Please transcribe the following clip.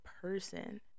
person